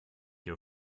your